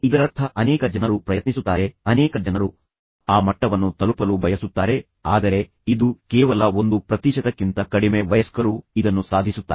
ಇದರರ್ಥ ಅನೇಕ ಜನರು ಪ್ರಯತ್ನಿಸುತ್ತಾರೆ ಅನೇಕ ಜನರು ಆ ಮಟ್ಟವನ್ನು ತಲುಪಲು ಬಯಸುತ್ತಾರೆ ಆದರೆ ಇದು ಕೇವಲ 1 ಪ್ರತಿಶತಕ್ಕಿಂತ ಕಡಿಮೆ ವಯಸ್ಕರು ಇದನ್ನು ಸಾಧಿಸುತ್ತಾರೆ